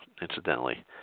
incidentally